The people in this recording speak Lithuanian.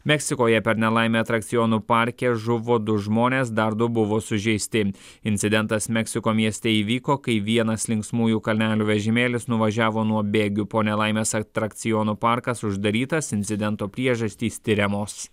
meksikoje per nelaimę atrakcionų parke žuvo du žmonės dar du buvo sužeisti incidentas meksiko mieste įvyko kai vienas linksmųjų kalnelių vežimėlis nuvažiavo nuo bėgių po nelaimės atrakcionų parkas uždarytas incidento priežastys tiriamos